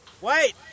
Wait